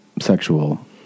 sexual